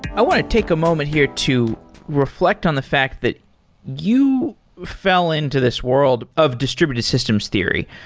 i want to take a moment here to reflect on the fact that you fell into this world of distributed systems theory,